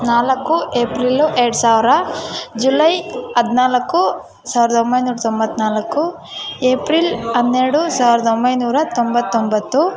ನಾಲ್ಕು ಏಪ್ರಿಲ್ಲು ಎರಡು ಸಾವಿರ ಜುಲೈ ಹದಿನಾಲ್ಕು ಸಾವಿರದ ಒಂಬೈನೂರ ತೊಂಬತ್ತ್ನಾಲ್ಕು ಏಪ್ರಿಲ್ ಹನ್ನೆರಡು ಸಾವಿರದ ಒಂಬೈನೂರ ತೊಂಬತ್ತೊಂಬತ್ತು